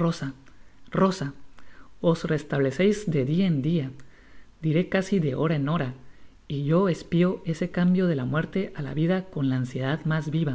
rosa rosa os restableceis dédia en dia diré casi de hora en hora y yo espio ese cambio de la muerte á la vida con la ansiedad mas viva